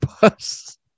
Bus